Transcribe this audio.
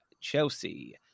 Chelsea